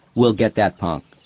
we'll get that punk.